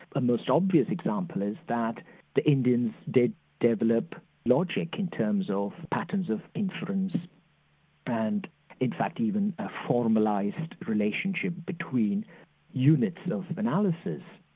the most obvious example is that the indians did develop logic in terms of patterns of inference and in fact even a formalised relationship between units of analysis.